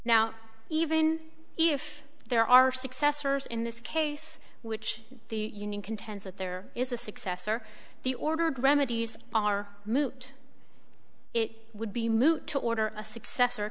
now even if there are successors in this case which the union contends that there is a successor the order of remedies are moot it would be moot to order a successor